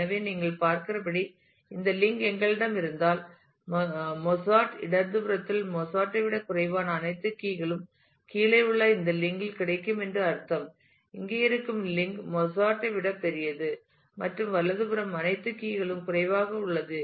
எனவே நீங்கள் பார்க்கிறபடி இந்த லிங்க் எங்களிடம் இருந்தால் மொஸார்ட்டின் இடதுபுறத்தில் மொஸார்ட்டை விடக் குறைவான அனைத்து கீ களும் கீழே உள்ள இந்த லிங்க் இல் கிடைக்கும் என்று அர்த்தம் இங்கே இருக்கும் லிங்க் மொஸார்ட்டை விட பெரியது மற்றும் வலதுபுறம் அனைத்து கீ களும் குறைவாக உள்ளது